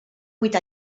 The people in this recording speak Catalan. vuit